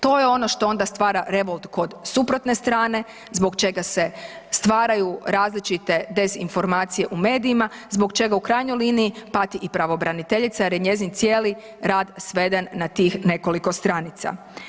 To je ono što onda stvara revolt kod suprotne strane zbog čega se stvaraju različite dezinformacije u medijima, zbog čega u krajnjoj liniji pati i pravobraniteljica jer je njezin cijeli rad sveden na tih nekoliko stranica.